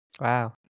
wow